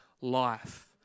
life